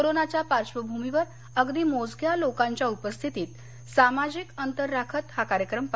कोरोनाच्या पार्श्वभूमीवर अगदी मोजक्या लोकांच्या उपस्थितीत सामाजिक अंतर राखत हा कार्यक्रम पार पडला